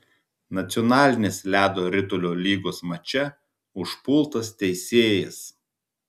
nacionalinės ledo ritulio lygos mače užpultas teisėjas